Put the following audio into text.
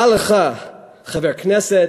מה לך, חבר הכנסת,